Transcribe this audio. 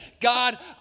God